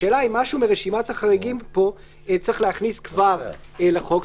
השאלה אם משהו מרשימת החריגים פה צריך להכניס כבר לחוק,